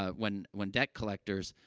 ah when when debt collectors,